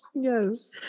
Yes